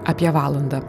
apie valandą